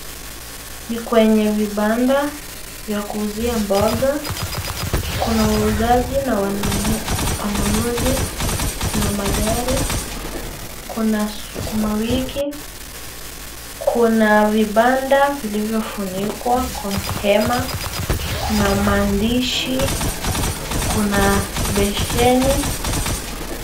Ni kwenye vibanda vya kuuzia mboga. Kuna wauzaji na wanunuzi, kuna magari, kuna sukuma wiki, kuna vibanda vilivyofunikwa kwa mhema, kuna maandishi, kuna besheni.